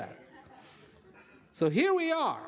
that so here we are